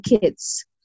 Kids